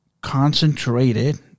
concentrated